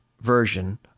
version